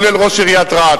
כולל ראש עיריית רהט,